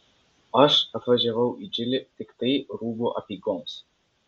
aš atvažiavau į džilį tiktai rūbų apeigoms